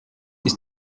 ist